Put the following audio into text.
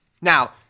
Now